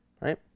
Right